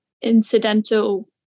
incidental